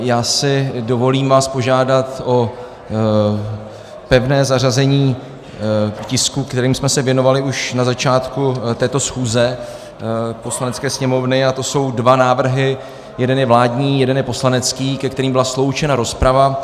Já si vás dovolím požádat o pevné zařazení tisku, kterému jsme se věnovali už na začátku této schůze Poslanecké sněmovny, a to jsou dva návrhy, jeden je vládní a jeden je poslanecký, ke kterým byla sloučena rozprava.